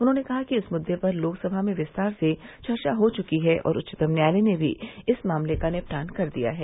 उन्होंने कहा कि इस मुद्दे पर लोकसभा में विस्तार से चर्चा हो चुकी है और उच्चतम न्यायालय ने भी इस मामले का निपटान कर दिया है